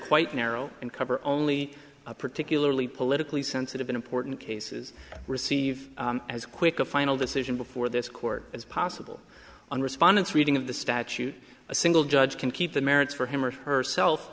quite narrow and cover only a particularly politically sensitive an important cases receive as quick a final decision before this court as possible on respondents reading of the statute a single judge can keep the merits for him or herself